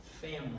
family